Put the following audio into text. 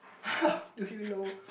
how do you know